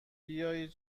بیایید